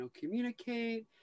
communicate